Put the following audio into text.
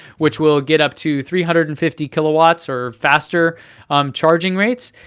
which will get up to three hundred and fifty kilowatts or faster um charging rates,